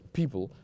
people